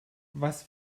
was